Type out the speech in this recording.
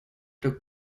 took